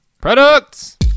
Products